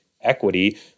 equity